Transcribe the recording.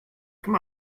come